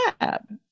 lab